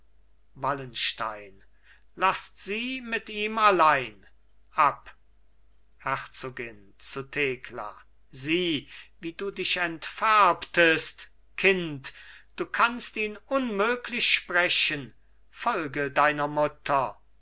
wallenstein laßt sie mit ihm allein ab herzogin zu thekla sieh wie du dich entfärbtest kind du kannst ihn unmöglich sprechen folge deiner mutter